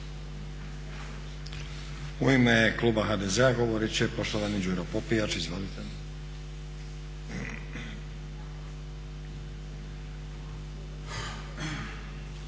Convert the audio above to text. U ime kluba HDZ-a govorit će poštovani Đuro Popijač,